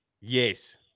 Yes